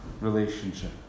relationship